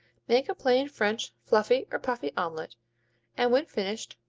make a plain french, fluffy or puffy omelet and when finished,